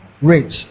rich